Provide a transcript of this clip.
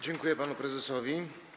Dziękuję panu prezesowi.